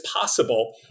possible